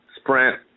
Sprint